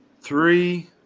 Three